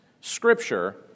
Scripture